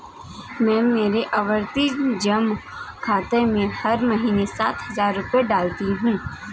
मैं मेरे आवर्ती जमा खाते में हर महीने सात हजार रुपए डालती हूँ